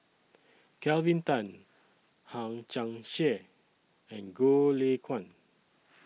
Kelvin Tan Hang Chang Chieh and Goh Lay Kuan